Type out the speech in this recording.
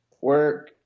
work